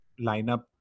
lineup